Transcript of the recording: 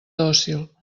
dòcil